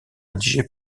rédigé